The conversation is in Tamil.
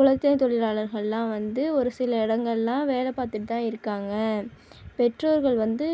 குழந்தை தொழிலாளர்களெலாம் வந்து ஒரு சில இடங்கள்லாம் வேலை பார்த்துட்டு தான் இருக்காங்க பெற்றோர்கள் வந்து